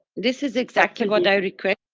this is exactly what i request.